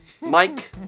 Mike